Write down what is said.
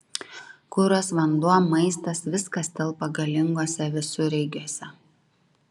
kuras vanduo maistas viskas telpa galinguose visureigiuose